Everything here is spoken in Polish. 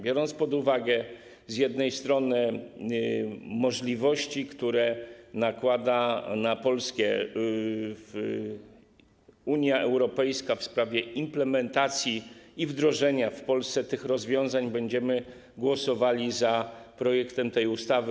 Biorąc pod uwagę możliwości, jakie nakłada na Polskę Unia Europejska w sprawie implementacji i wdrożenia w Polsce tych rozwiązań, będziemy głosowali za projektem tej ustawy.